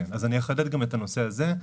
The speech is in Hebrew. אז אני אחדד גם את הנושא הזה.